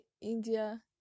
india